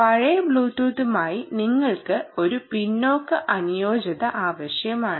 പഴയ ബ്ലൂടൂത്തുമായി ഞങ്ങൾക്ക് ഒരു പിന്നോക്ക അനുയോജ്യത ആവശ്യമാണ്